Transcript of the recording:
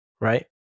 Right